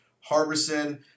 Harbison